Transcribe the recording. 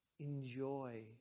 Enjoy